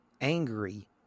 angry